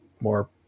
more